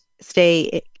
stay